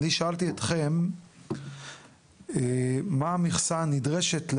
אני שאלתי אתכם מה המכסה הנדרשת,